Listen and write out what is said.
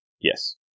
yes